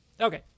Okay